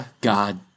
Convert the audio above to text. God